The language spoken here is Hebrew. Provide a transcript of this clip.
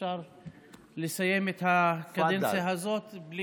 אי-אפשר לסיים את הקדנציה הזאת, תפדל.